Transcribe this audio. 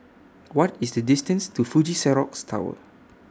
What IS The distance to Fuji Xerox Tower